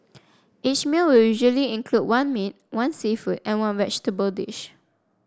each meal will usually include one meat one seafood and one vegetable dish